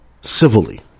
civilly